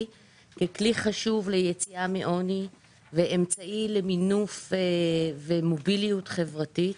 ככלי חשוב ליציאה מעוני ואמצעי למינוף ומוביליות חברתית.